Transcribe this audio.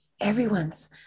Everyone's